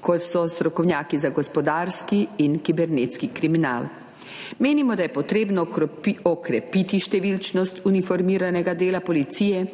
kot so strokovnjaki za gospodarski in kibernetski kriminal. Menimo, da je potrebno okrepiti številnost uniformiranega dela policije,